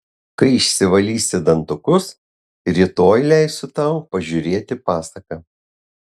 kai išsivalysi dantukus rytoj leisiu tau pažiūrėti pasaką